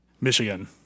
Michigan